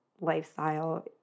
lifestyle